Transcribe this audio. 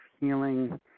healing